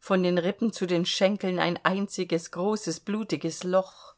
von den rippen zu den schenkeln ein einziges großes blutiges loch